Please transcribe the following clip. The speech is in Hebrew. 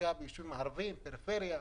ביישובים ערביים, כמה בפריפריה,